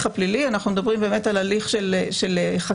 הפלילי אנחנו מדברים על הליך של חקירה,